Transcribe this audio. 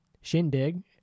shindig